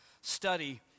study